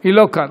היא לא כאן.